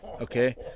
okay –